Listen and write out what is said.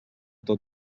tot